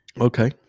Okay